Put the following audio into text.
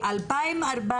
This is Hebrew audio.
ב-2014,